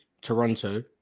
Toronto